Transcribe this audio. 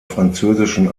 französischen